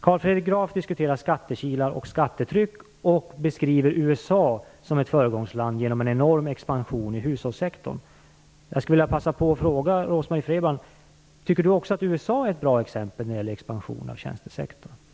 Carl Fredrik Graf diskuterar skattekilar och skattetryck och beskriver USA som ett föregångsland, genom att man där har haft en enorm expansion i hushållssektorn. Jag skulle vilja passa på att fråga Rose USA är ett bra exempel när det gäller expansion av tjänstesektorn?